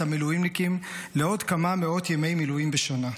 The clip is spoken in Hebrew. המילואימניקים לעוד כמה מאות ימי מילואים בשנה.